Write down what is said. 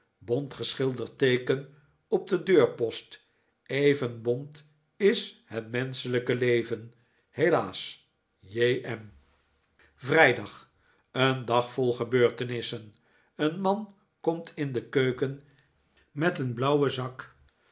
bont geschilderd teeken op den deurpost even bont is het menschelijk leven helaas j m vrijdag een dag vol gebeurtenissen een man komt in de keuken met een blauwen zak